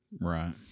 Right